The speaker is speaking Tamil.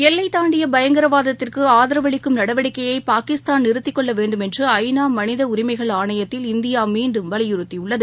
எல்லை தாண்டிய பயங்கரவாதத்திற்கு ஆதரவளிக்கும் நடவடிக்கையை பாகிஸ்தான் நிறுத்திக்கொள்ள வேண்டும் என்று ஐ நா மனித உரிமைகள் ஆணையத்தில் இந்தியா மீண்டும் வலியுறுத்தியுள்ளது